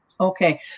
Okay